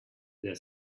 their